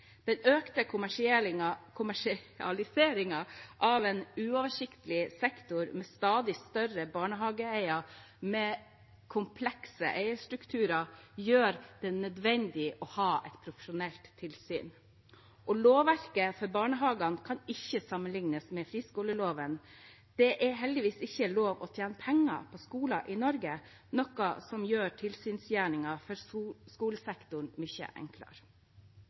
Den økte kommersialiseringen av en uoversiktlig sektor med stadig større barnehageeiere med komplekse eierstrukturer gjør det nødvendig å ha et profesjonelt tilsyn. Og lovverket for barnehagene kan ikke sammenliknes med friskoleloven. Det er heldigvis ikke lov å tjene penger på skole i Norge, noe som gjør tilsynsgjerningen for skolesektoren mye enklere.